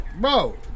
Bro